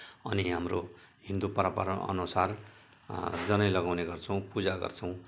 अनि हाम्रो हिन्दू परम्पराअनुसार जनाई लगाउने गर्छौँ पूजा गर्छौँ